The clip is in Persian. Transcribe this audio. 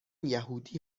یهودی